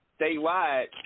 statewide